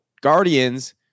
Guardians